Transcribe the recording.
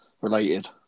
related